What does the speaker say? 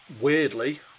Weirdly